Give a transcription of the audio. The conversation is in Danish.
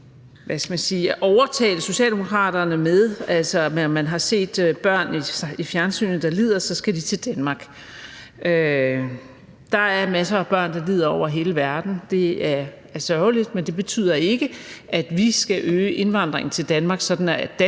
nu her prøver at overtale Socialdemokraterne med, altså at fordi man har set børn i fjernsynet, der lider, så skal de til Danmark. Der er masser af børn, der lider, over hele verden. Det er sørgeligt, men det betyder ikke, at vi skal øge indvandringen til Danmark, sådan at danske